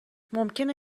ممکنه